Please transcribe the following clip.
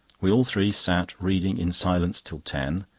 we all three sat reading in silence till ten,